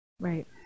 right